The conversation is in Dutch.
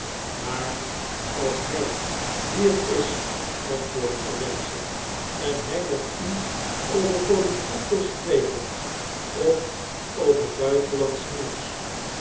maar als hy hier is antwoordde therese en hy met u over politiek wilspreken of over buitenlandsch nieuws